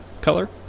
color